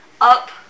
up